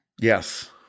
Yes